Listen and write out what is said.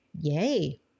yay